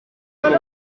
cumi